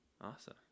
Awesome